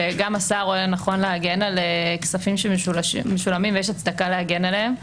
שגם השר רואה לנכון להגן על כספים שמשולמים ויש הצדקה להגן עליהם.